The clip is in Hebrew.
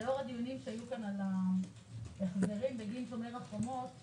שלאור הדיונים שהיו כאן על ההחזרים בגין שומר החומות,